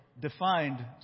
defined